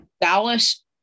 Dallas